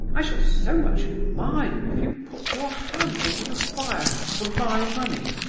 i shall so much admire you if you put your hands into the fire for my money.